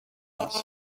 нас